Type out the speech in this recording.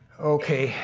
okay,